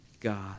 God